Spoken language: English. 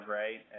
right